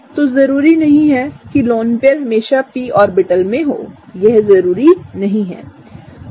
तोजरूरीनहींहैकि lone pair हमेशा p orbital में होयह जरूरी नहीं है